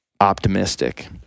optimistic